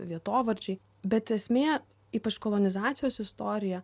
vietovardžiai bet esmė ypač kolonizacijos istorija